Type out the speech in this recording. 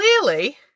clearly